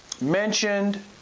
mentioned